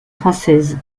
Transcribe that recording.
française